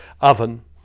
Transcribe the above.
oven